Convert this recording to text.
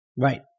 Right